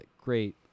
great